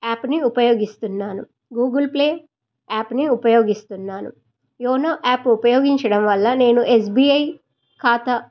యాప్ని ఉపయోగిస్తున్నాను గూగుల్పే యాప్ని ఉపయోగిస్తున్నాను యోనో యాప్ ఉపయోగించడం వల్ల నేను ఎస్బిఐ ఖాతా